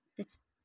तेच